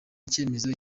icyemezo